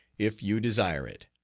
if you desire it.